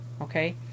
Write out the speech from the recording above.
Okay